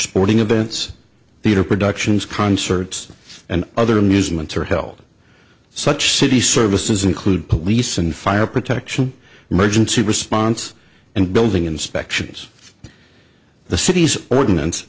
sporting events theater productions concerts and other amusements are held such city services include police and fire protection emergency response and building inspections the city's ordinance